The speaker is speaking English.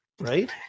right